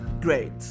great